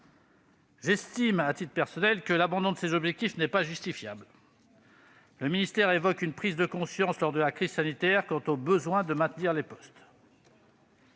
J'estime, à titre personnel, que l'abandon de ces objectifs n'est pas justifiable. Le ministère évoque « une prise de conscience » lors de la crise sanitaire quant au besoin de maintenir les postes.